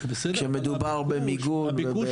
כשמדובר במיגון.